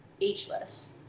ageless